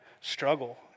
struggle